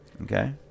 Okay